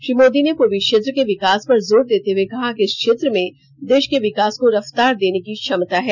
श्री मोदी ने पूर्वी क्षेत्र के विकास पर जोर देते हुए कहा कि इस क्षेत्र में देश के विकास को रफ्तार देने की क्षमता है